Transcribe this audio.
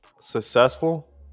successful